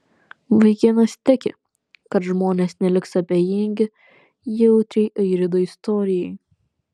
vaikinas tiki kad žmonės neliks abejingi jautriai airido istorijai